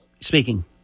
speaking